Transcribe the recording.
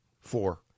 four